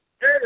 Hey